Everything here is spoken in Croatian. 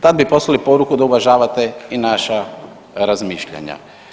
Tad bi poslali poruku da uvažavate i naša razmišljanja.